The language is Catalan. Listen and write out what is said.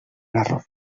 error